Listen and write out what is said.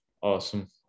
Awesome